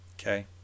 Okay